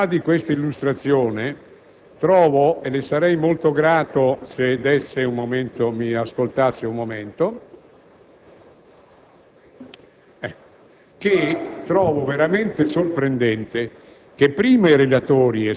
La seconda ragione è che nelle nostre visite alle forze operanti in Libano e in Afghanistan abbiamo constatato come in realtà i risultati siano davvero pregevoli nello svolgere queste attività;